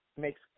makes